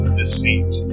deceit